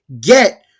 get